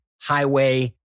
Highway